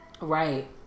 right